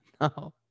No